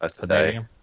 today